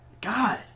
God